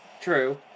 True